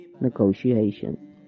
negotiation